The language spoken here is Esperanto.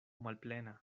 malplena